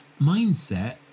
mindset